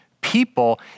people